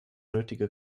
nötige